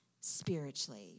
spiritually